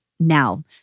now